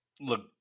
look